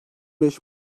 beş